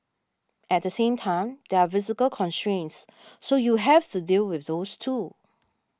at the same time there are physical constraints so you have to deal with those too